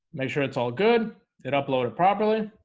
make sure it's all good it uploaded properly